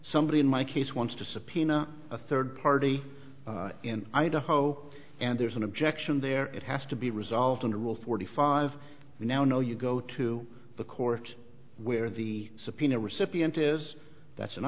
somebody in my case wants to subpoena a third party in idaho and there's an objection there it has to be resolved under rule forty five now know you go to the courts where the subpoena recipient is that's in